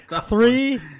Three